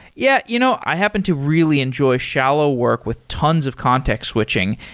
yeah, you know i happen to really enjoy shallow work with tons of context switching,